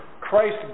Christ